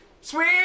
sweet